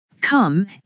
Come